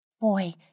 boy